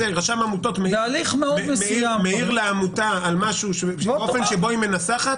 מעיר לעמותה על משהו באופן שבו היא מנסחת